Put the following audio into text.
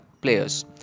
players